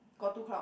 got two cloud